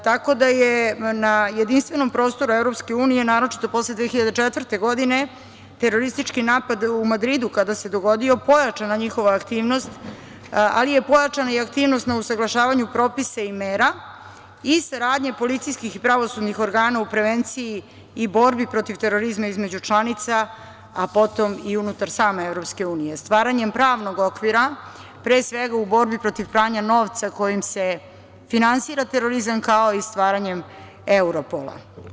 Tako da je na jedinstvenom prostoru Evropske unije naročito posle 2004. godine teroristički napad u Madridu kada se dogodio pojačana njihova aktivnost, ali je pojačana i aktivnost na usaglašavanju propisa i mera i saradnje policijskih i pravosudnih organa u prevenciji i borbi protiv terorizma između članica, a potom i unutar same Evropske unije stvaranjem pravnog okvira pre svega u borbi protiv pranja novca kojim se finansira terorizam, kao i stvaranjem Europola.